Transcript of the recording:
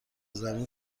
زمین